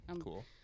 Cool